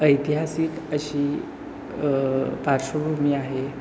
ऐतिहासिक अशी पार्श्वभूमी आहे